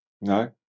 No